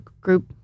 group